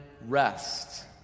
rest